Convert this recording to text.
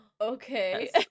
Okay